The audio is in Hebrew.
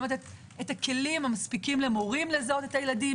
גם לתת את הכלים המספיקים למורים לזהות את הילדים,